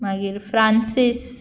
मागीर फ्रांसीस